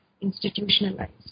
institutionalized